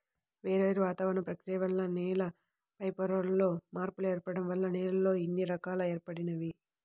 వేర్వేరు వాతావరణ ప్రక్రియల వల్ల నేల పైపొరల్లో మార్పులు ఏర్పడటం వల్ల నేలల్లో ఇన్ని రకాలు ఏర్పడినియ్యి